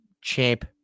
champ